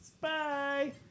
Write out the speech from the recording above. Bye